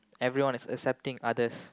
everyone is accepting others